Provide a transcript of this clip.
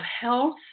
health